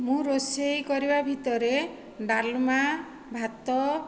ମୁଁ ରୋଷେଇ କରିବା ଭିତରେ ଡାଲମା ଭାତ